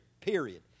period